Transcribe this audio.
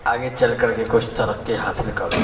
آگے چل کر کے کچھ ترقی حاصل کروں